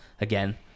again